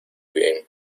bien